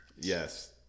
Yes